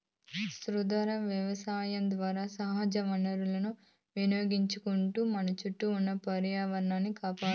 సుస్థిర వ్యవసాయం ద్వారా సహజ వనరులను వినియోగించుకుంటూ మన చుట్టూ ఉన్న పర్యావరణాన్ని కాపాడాలి